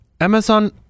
Amazon